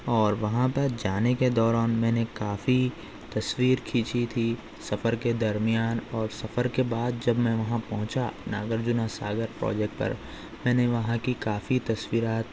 اور وہاں پر جانے کے دوران میں نے کافی تصویر کھینچی تھی سفر کے درمیان اور سفر کے بعد جب میں وہاں پہنچا ناگرجنا ساگر پروجیکٹ پر میں نے وہاں کی کافی تصویرات